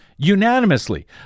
Unanimously